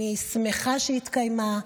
אני שמחה שהיא התקיימה.